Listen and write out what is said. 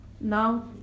Now